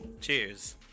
Cheers